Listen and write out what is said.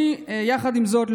יחד עם זאת,